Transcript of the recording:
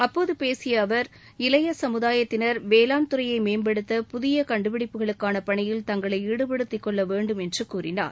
அப்போது பேசிய அவர் இளைய சமுதாயத்தினர் வேளாண் துறையை மேம்படுத்த புதிய கண்டுபிடிப்புகளுக்கான பணியில் தங்களை ஈடுபடுத்திக் கொள்ள வேண்டும் என்று கூறினார்